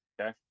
Okay